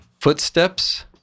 Footsteps